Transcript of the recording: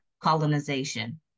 colonization